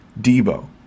Debo